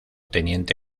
teniente